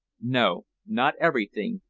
no, not everything,